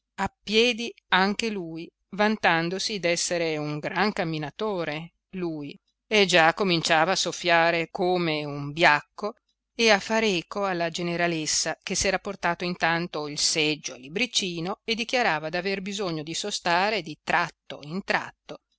a piedi anche lui vantandosi d'essere un gran camminatore lui e già cominciava a soffiare come un biacco e a far eco alla generalessa che s'era portato intanto il seggio a libriccino e dichiarava d'aver bisogno di sostare di tratto in tratto